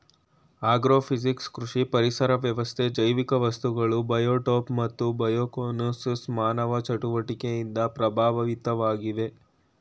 agrophysics ಕೃಷಿ ಪರಿಸರ ವ್ಯವಸ್ಥೆ ಜೈವಿಕ ವಸ್ತುಗಳು ಬಯೋಟೋಪ್ ಮತ್ತು ಬಯೋಕೋನೋಸಿಸ್ ಮಾನವ ಚಟುವಟಿಕೆಯಿಂದ ಪ್ರಭಾವಿತವಾಗಿವೆ